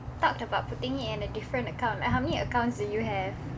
talked about putting it in a different account how many accounts do you have